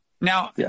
Now